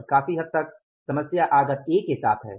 और काफी हद तक समस्या आगत ए के साथ है